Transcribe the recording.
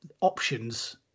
options